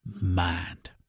mind